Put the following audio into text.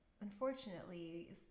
Unfortunately